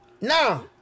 No